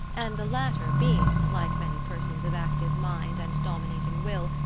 and the latter being, like many persons of active mind and dominating will,